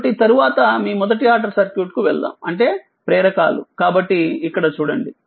కాబట్టితరువాతమీ మొదటి order circuit కు వెళ్దాం అంటేప్రేరకాలుకాబట్టిఇక్కడ చూడండి